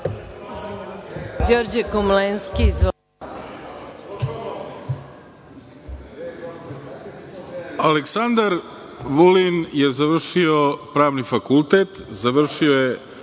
**Đorđe Komlenski** Aleksandar Vulin je završio pravni fakultet, završio je